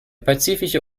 pazifische